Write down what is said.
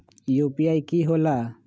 UPI कि होला?